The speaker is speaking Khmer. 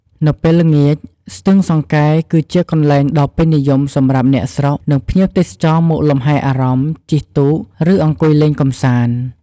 នៅពេលល្ងាច ស្ទឹងសង្កែគឺជាកន្លែងដ៏ពេញនិយមសម្រាប់អ្នកស្រុក និងភ្ញៀវទេសចរមកលំហែអារម្មណ៍ ជិះទូក ឬអង្គុយលេងកម្សាន្ត។